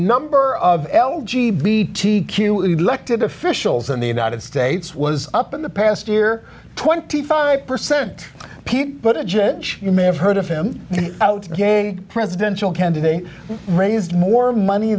number of l g b t q elected officials in the united states was up in the past year twenty five percent but a judge you may have heard of him out a presidential candidate raised more money